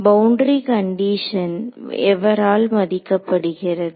boundary condition எவரால் மதிக்கப்படுகிறது